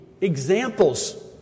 examples